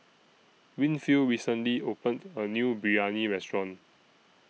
Winfield recently opened A New Biryani Restaurant